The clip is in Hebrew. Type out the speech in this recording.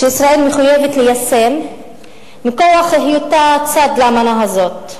וישראל מחויבת ליישמן מכוח היותה צד לאמנה הזאת.